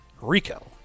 Rico